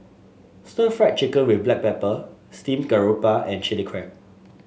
Stir Fried Chicken with Black Pepper Steamed Garoupa and Chilli Crab